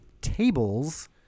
tables